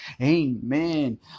amen